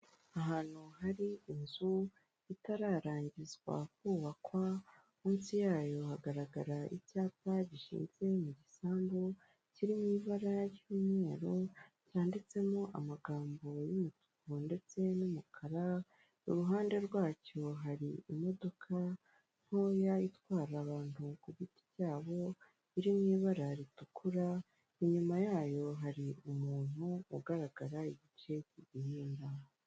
Ahantu hari inzu itararangizwa kubakwa, munsi yayo hagaragara icyapa gishinze mu gisambu, kiri mu ibara ry'umweru, cyanditsemo amagambo y'umutuku ndetse n'umukara i ruhande rwacyo hari imodoka ntoya itwara abantu ku giti cyabo iri mu ibara ritukura, inyuma yayo hari umuntu ugaragara igice cy'igihimba.